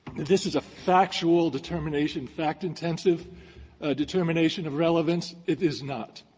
that this is a factual determination, fact-intensive determination of relevance. it is not.